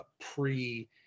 pre-